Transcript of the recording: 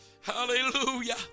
Hallelujah